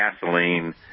gasoline